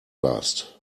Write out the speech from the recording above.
warst